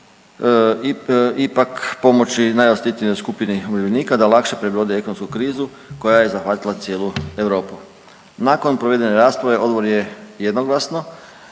ipak pomoći najosjetljivijoj skupini umirovljenika da lakše prebrode ekonomsku krizu koja je zahvatila cijelu Europu. Nakon provedene rasprave odbor je jednoglasno